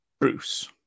Bruce